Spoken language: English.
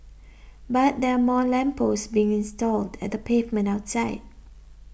but there are more lamp posts being stalled at the pavement outside